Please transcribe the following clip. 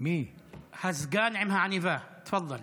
הסגן עם העניבה, תפדל.